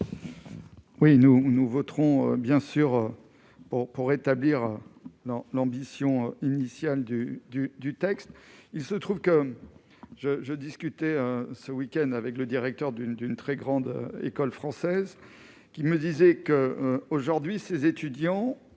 nous nous voterons bien sûr pour pour rétablir non, l'ambition initiale du du du texte, il se trouve que je je discutais ce week- end avec le directeur d'une d'une très grande école française qui me disaient que, aujourd'hui, ces étudiants